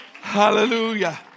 Hallelujah